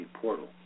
portal